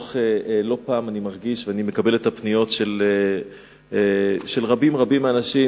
לא פעם אני מקבל את הפניות של רבים רבים מהאנשים,